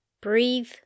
Breathe